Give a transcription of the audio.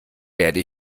werde